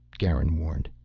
garin warned.